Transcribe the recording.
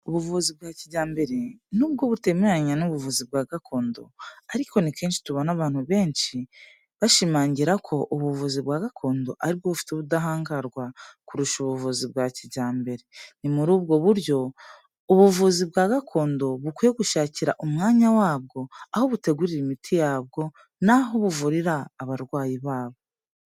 Ubuvuzi bwa kijyambere nubwo butemeranya n'ubuvuzi bwa gakondo ariko ni kenshi tubona abantu benshi bashimangira ko ubuvuzi bwa gakondo ari bwo bufite ubudahangarwa kurusha ubuvuzi bwa kijyambere. Ni muri ubwo buryo ubuvuzi bwa gakondo bukwiye gushakira umwanya wabwo aho butegurira imiti yabwo n'aho buvurira abarwayi babwo.